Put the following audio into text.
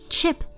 Chip